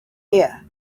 here